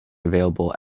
available